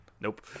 Nope